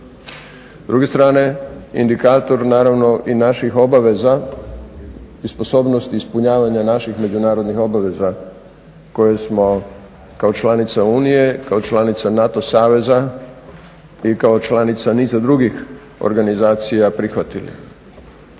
S druge strane indikator, naravno i naših obaveza i sposobnosti ispunjavanja naših međunarodnih obaveza koje smo kao članica Unije, kao članica NATO saveza i kao članica niza drugih organizacija prihvatili.